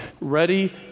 ready